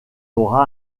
aura